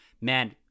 Man